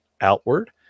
outward